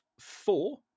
Four